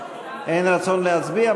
אין רצון להצביע?